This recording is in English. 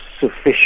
sufficient